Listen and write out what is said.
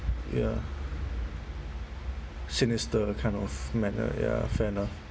ya sinister kind of manner ya fair enough